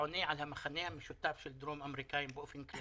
אני מקווה שאתה עונה על המכנה המשותף של דרום האמריקאיים בארץ.